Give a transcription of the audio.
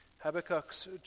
Habakkuk's